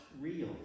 real